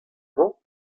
mañ